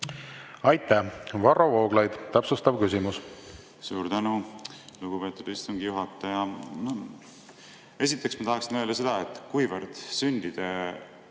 Aitäh! Varro Vooglaid, täpsustav küsimus. Suur tänu, lugupeetud istungi juhataja! Esiteks tahaksin öelda seda, et kuivõrd sündide